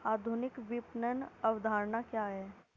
आधुनिक विपणन अवधारणा क्या है?